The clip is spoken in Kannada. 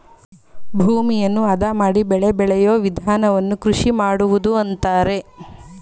ಭೂಮಿಯನ್ನು ಅದ ಮಾಡಿ ಬೆಳೆ ಬೆಳೆಯೂ ವಿಧಾನವನ್ನು ಕೃಷಿ ಮಾಡುವುದು ಅಂತರೆ